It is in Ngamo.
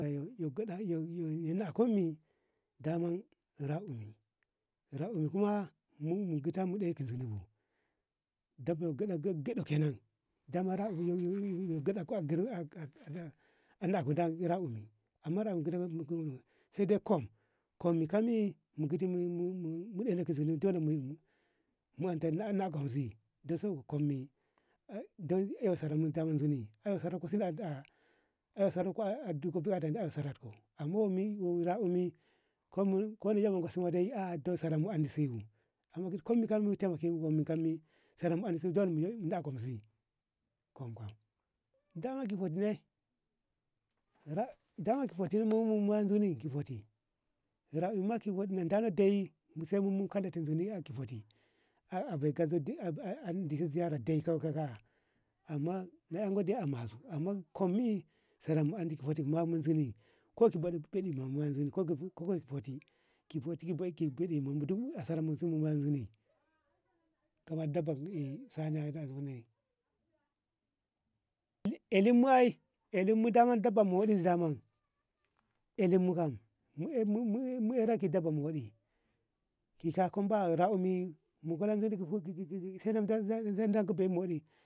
Yo gaɗa yo- yo kunmi daman rakumi- rakumi kuma mu gata mu ɗana ki zuni bu gyaɗau kenan daman rakumi gyaɗauto ko ada rakumi damman sede kum kum ma ɗana ki zoni dole mu ante na kuzi ay sara damman mu zuni ay sara ku sira a sarar ku a zuni ae sara ko a doboku a ande saraku aman rakumi komu saramu andi sibu amman kidi kum kam taimakemu bomu kemu sara mu dako mizi kum kam daman ki budi ne daman ki futi mu wa zuni ka futi a badi ka ziyara de ka amman na anko de amazu amman kum mi saranmu ande futi mamu zoni ko ki budi beɗi mamu zimu ko ka futi ki futi ki baɗi duk asaramu su ma zuni kaba dabba ma sana ey elinma dabamu wadi daman elinmu kam mu eyranmu dabban mu wadi dishe kam ba rakumi mu kulamzi ki buh sai za dango bei modi.